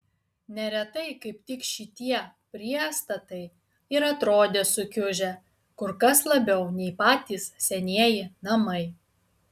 neretai kaip tik šitie priestatai ir atrodė sukiužę kur kas labiau nei patys senieji namai